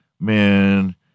man